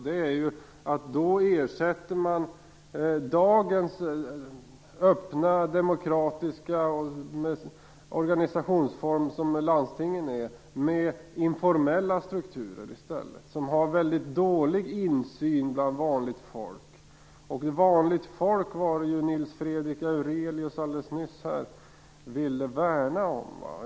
Det är att man ersätter dagens öppna demokratiska organisationsform som landstingen har med informella strukturer som ger vanligt folk väldigt dålig insyn. Och det var ju vanligt folk som Nils Fredrik Aurelius nyss ville värna om.